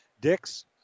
Dix